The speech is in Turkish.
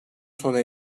sona